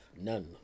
none